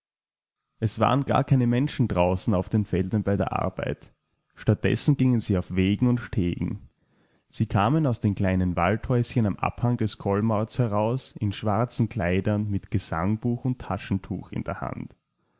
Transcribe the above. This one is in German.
es waren gar keine menschen draußen auf den feldern bei der arbeit statt dessen gingen sie auf wegen und stegen die kamen aus den kleinen waldhäuschen am abhang des kolmrds heraus in schwarzen kleidern mit gesangbuch und taschentuch in der hand